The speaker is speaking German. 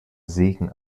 segen